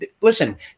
Listen